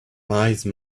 wise